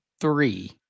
three